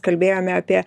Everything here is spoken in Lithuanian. kalbėjome apie